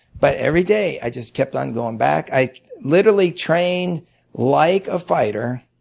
but every day, i just kept on going back. i literally trained like a fighter.